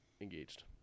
engaged